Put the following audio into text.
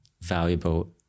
valuable